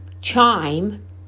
chime